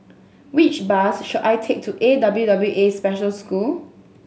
which bus should I take to A W W A Special School